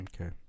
Okay